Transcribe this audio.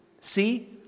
See